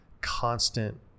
constant